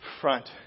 front